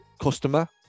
customer